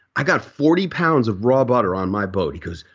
i got forty pounds of raw butter on my boat. he goes,